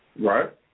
Right